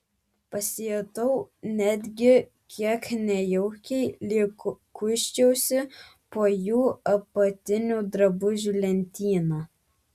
pasijutau netgi kiek nejaukiai lyg kuisčiausi po jų apatinių drabužių lentyną